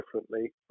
differently